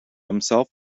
himself